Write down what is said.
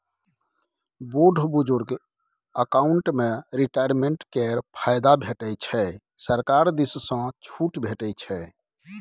बुढ़ बुजुर्ग अकाउंट मे रिटायरमेंट केर फायदा भेटै छै सरकार दिस सँ छुट भेटै छै